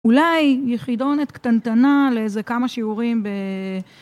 אולי יחידונת קטנטנה לאיזה כמה שיעורים ב...